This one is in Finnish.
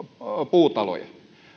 puutaloja ja